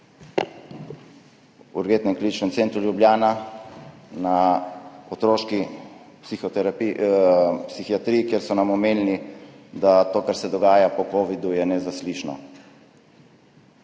v Univerzitetnem kliničnem centru Ljubljana na otroški psihiatriji, kjer so nam omenili, da je to, kar se dogaja po covidu, nezaslišano.